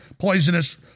poisonous